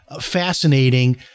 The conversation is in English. fascinating